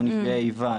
או נפגעי איבה,